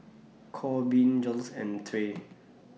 Corbin Jiles and Trae